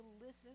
listen